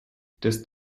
des